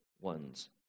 ones